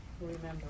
Remember